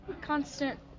constant